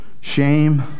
shame